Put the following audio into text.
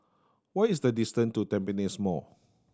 what is the distant to Tampines Mall